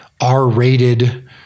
R-rated